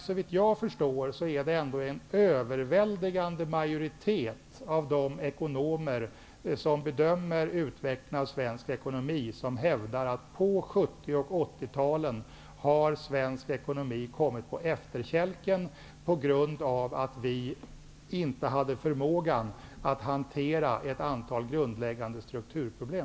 Såvitt jag förstår är det ändå en överväldigande majoritet av de ekonomer som bedömer utvecklingen av svensk ekonomi som hävdar att svensk ekonomi på 70 och 80-talet kom på efterkälken på grund av att vi inte hade förmågan att hantera ett antal grundläggande strukturproblem.